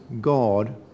God